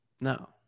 No